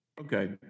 Okay